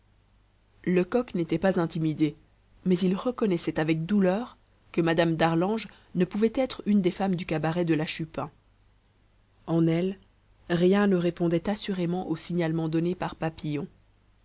lecoq n'était pas intimidé mais il reconnaissait avec douleur que mme d'arlange ne pouvait être une des femmes du cabaret de la chupin en elle rien ne répondait assurément au signalement donné par papillon